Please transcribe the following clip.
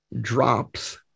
drops